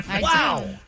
Wow